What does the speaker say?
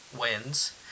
wins